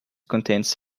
contents